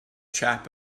chap